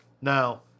Now